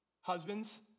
husbands